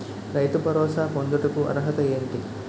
రైతు భరోసా పొందుటకు అర్హత ఏంటి?